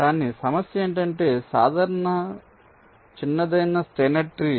కానీ సమస్య ఏమిటంటే సాధారణ చిన్నదైన స్టైనర్ ట్రీ